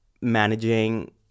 managing